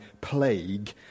plague